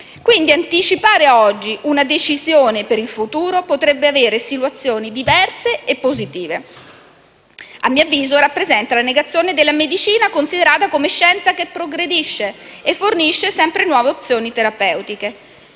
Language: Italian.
anticipare a oggi una decisione che in futuro potrebbe avere sviluppi diversi e positivi a mio avviso rappresenta la negazione della medicina considerata come scienza che progredisce e fornisce sempre nuove opzioni terapeutiche.